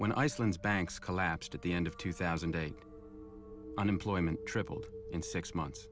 when iceland's banks collapsed at the end of two thousand and eight unemployment tripled in six months